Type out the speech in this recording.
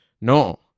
No